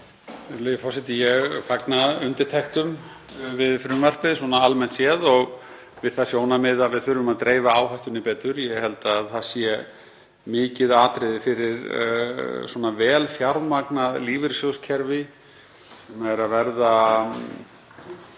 Virðulegi forseti. Ég fagna undirtektum við frumvarpið almennt séð og við það sjónarmið að við þurfum að dreifa áhættunni betur. Ég held að það sé mikið atriði fyrir vel fjármagnað lífeyrissjóðakerfi sem er að verða